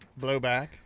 blowback